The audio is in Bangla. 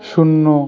শূন্য